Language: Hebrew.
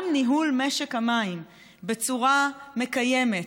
גם ניהול משק המים בצורה מקיימת,